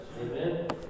Amen